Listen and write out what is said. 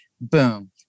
Boom